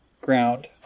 ground